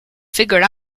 figured